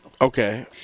Okay